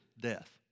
death